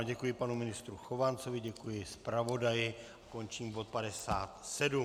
Děkuji panu ministru Chovancovi, děkuji zpravodaji, končím bod 57.